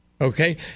Okay